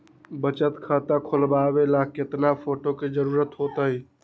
बचत खाता खोलबाबे ला केतना फोटो के जरूरत होतई?